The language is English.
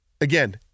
again